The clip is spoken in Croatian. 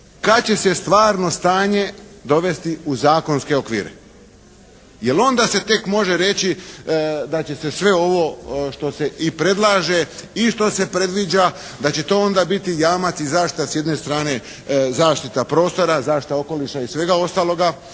kad će se stvarno stanje dovesti u zakonske okvire? Jer onda se tek može reći da će se sve ovo što se i predlaže i što se predviđa da će to onda biti jamac i zaštita s jedne strane zaštita prostora, zaštita okoliša i svega ostaloga.